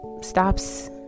stops